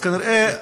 אז כנראה,